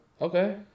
Okay